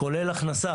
כולל הכנסה